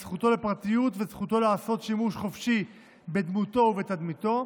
את זכותו לפרטיות ואת זכותו לעשות שימוש חופשי בדמותו ובתדמיתו,